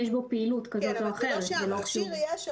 יש בו פעילות כזאת או אחרת.